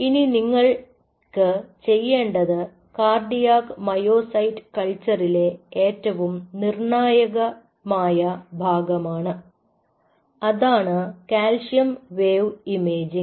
ഇനി നിങ്ങൾക്ക് ചെയ്യേണ്ടത് കാർഡിയാക് മയോസൈറ്റ് കൾച്ചറിലെ ഏറ്റവും നിർണായകമായ ഭാഗമാണ് അതാണ് കാൽസ്യം വേവ് ഇമേജിംഗ്